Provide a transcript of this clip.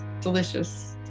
delicious